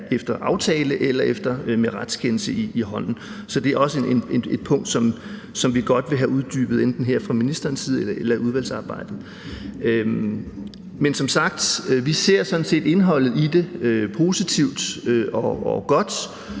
efter aftale eller med retskendelse i hånden. Så det er også et punkt, som vi godt vil have uddybet enten her fra ministerens side eller i udvalgsarbejdet. Som sagt ser vi sådan set indholdet i det som noget positivt og godt,